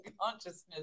consciousness